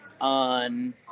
on